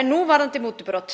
en nú varðandi mútubrot.